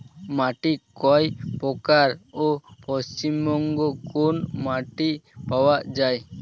মাটি কয় প্রকার ও পশ্চিমবঙ্গ কোন মাটি পাওয়া য়ায়?